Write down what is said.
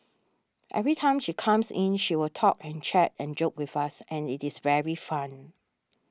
every time she comes in she will talk and chat and joke with us and it is very fun